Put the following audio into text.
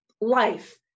life